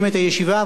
ככל הניתן,